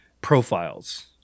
profiles